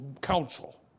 counsel